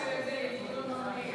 להחזיר את זה לדיון במליאה.